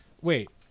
Wait